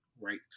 right